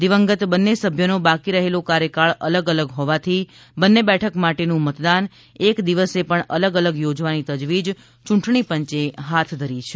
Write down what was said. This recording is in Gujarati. દિવંગત બંને સભ્યનો બાકી રહેલો કાર્યકાલ અલગ અલગ હોવાથી બંને બેઠક માટેનું મતદાન એક દિવસે પણ અલગ અલગ યોજવાની તજવીજ ચૂંટણી પંચે હાથ ધરી છે